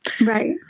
Right